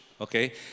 okay